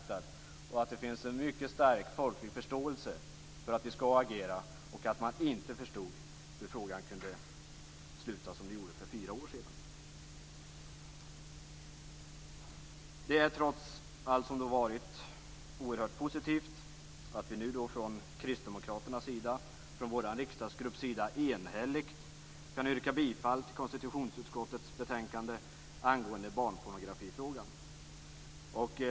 Det har då uttryckts en mycket stark folklig förståelse för att vi skall agera, och man har inte förstått hur frågan kunde sluta som den gjorde för fyra år sedan. Trots allt som har varit, är det oerhört positivt att vi nu från kristdemokraternas riksdagsgrupps sida enhälligt kan yrka bifall till hemställan i konstitutionsutskottets betänkande angående barnpornografifrågan.